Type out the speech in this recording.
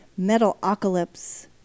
Metalocalypse